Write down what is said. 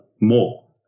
more